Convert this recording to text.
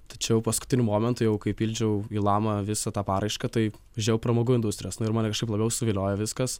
tačiau paskutiniu momentu jau kai pildžiau į lamą visą tą paraišką tai žėjau pramogų industrijas nu ir mane kažkaip labiau suviliojo viskas